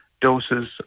doses